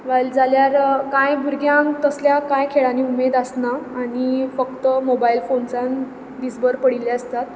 वायल जाल्यार कांय भुरग्यांक तसल्या कांय खेळांनी उमेद आसना आनी फक्त मोबायल फोन्सांत दीसभर पडिल्ले आसतात